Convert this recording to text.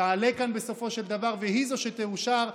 תעלה כאן בסופו של דבר והיא זו שתאושר,